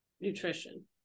nutrition